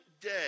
day